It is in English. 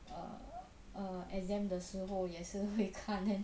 err err exam 的时候也是会看 then